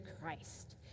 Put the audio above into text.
Christ